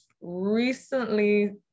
recently